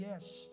yes